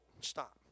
Stop